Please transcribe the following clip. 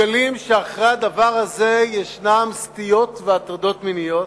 שמגלים שמאחורי הדבר הזה יש סטיות והטרדות מיניות?